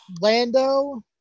Lando